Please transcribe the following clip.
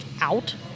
out